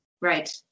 Right